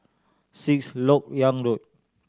Sixth Lok Yang Road